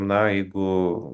na jeigu